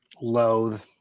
loathe